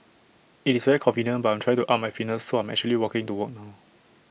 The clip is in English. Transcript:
IT is very convenient but I'm try to up my fitness so I'm actually walking to work now